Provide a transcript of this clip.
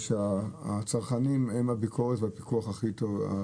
הצרכנים הם הביקורות והפיקוח הכי טובים.